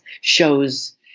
shows